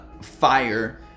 fire